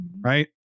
Right